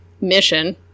mission